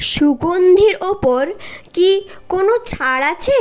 সুগন্ধির ওপর কি কোনো ছাড় আছে